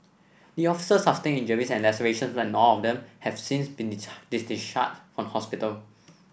the officers sustained injuries and lacerations and all of them have since been discharged from hospital